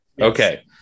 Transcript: Okay